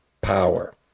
power